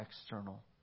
external